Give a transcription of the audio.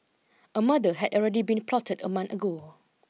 a murder had already been plotted a month ago